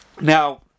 Now